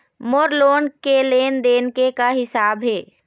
मोर loan के लेन देन के का हिसाब हे?